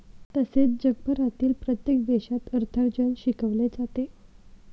तसेच जगभरातील प्रत्येक देशात अर्थार्जन शिकवले जाते